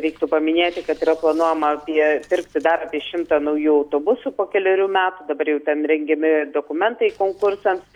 reiktų paminėti kad yra planuojama apie pirkti dar šimtą naujų autobusų po kelerių metų dabar jau ten rengiami dokumentai konkursams